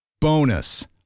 Bonus